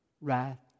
wrath